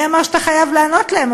מי אמר שאתה חייב לענות להם?